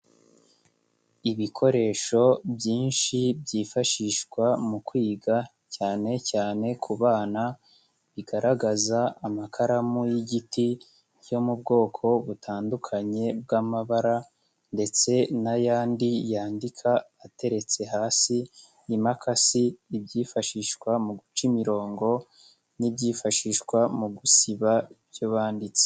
Ibikoresho byinshi byifashishwa mu kwiga cyane cyane ku bana, bigaragaza amakaramu y'igiti cyo mu bwoko butandukanye bw'amabara ndetse n'ayandi yandika ateretse hasi, impakasi, ibyifashishwa mu guca imirongo n'ibyifashishwa mu gusiba ibyo banditse.